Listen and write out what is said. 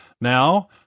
now